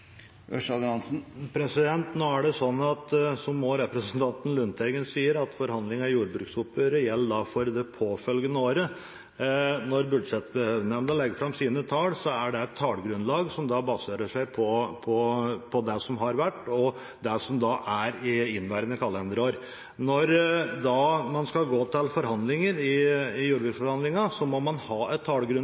Nå er det sånn, som også representanten Lundteigen sier, at forhandlingene i jordbruksoppgjøret gjelder for det påfølgende året. Når Budsjettnemnda legger fram sine tall, er det et tallgrunnlag som baserer seg på det som har vært, og det som er i inneværende kalenderår. Når man skal gå inn i jordbruksforhandlingene, må man ha et